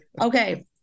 okay